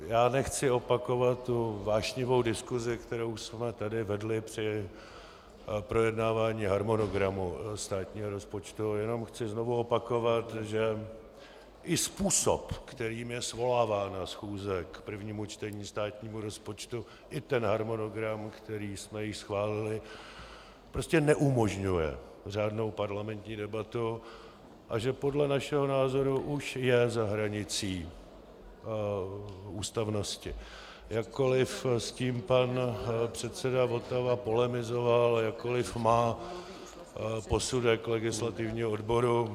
Já nechci opakovat vášnivou diskusi, kterou jsme tady vedli při projednávání harmonogramu státního rozpočtu, jenom chci znovu opakovat, že i způsob, kterým je svolávána schůze k prvnímu čtení státního rozpočtu, i ten harmonogram, který jsme již schválili, prostě neumožňuje řádnou parlamentní debatu a že podle našeho názoru už je za hranicí ústavnosti, jakkoliv s tím pan předseda Votava polemizoval, jakkoliv má posudek legislativního odboru.